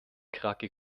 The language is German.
krake